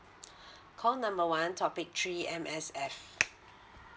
call number one topic three M_S_F